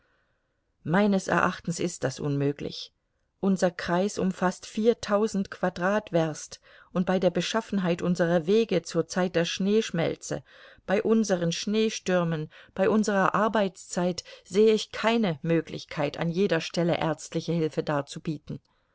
meines erachtens ist das unmöglich unser kreis umfaßt viertausend quadratwerst und bei der beschaffenheit unserer wege zur zeit der schneeschmelze bei unseren schneestürmen bei unserer arbeitszeit sehe ich keine möglichkeit an jeder stelle ärztliche hilfe darzubieten